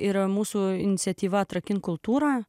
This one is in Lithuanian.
yra mūsų iniciatyva atrakinti kultūrą